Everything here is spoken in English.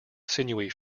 sinewy